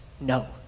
No